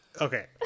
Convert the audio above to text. Okay